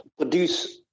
produce